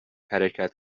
حرکت